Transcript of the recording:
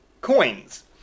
Coins